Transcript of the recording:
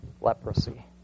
leprosy